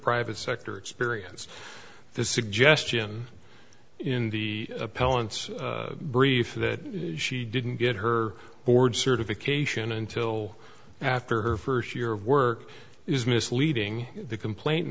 private sector experience the suggestion in the appellant's brief that she didn't get her board certification until after her first year of work is misleading the complaint in